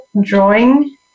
drawing